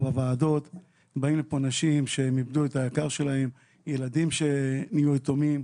ובאים לכאן נשים שאיבדו את היקר להן וילדים שנהיו יתומים,